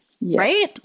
right